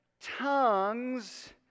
tongues